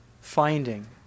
finding